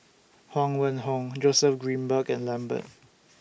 Huang Wenhong Joseph Grimberg and Lambert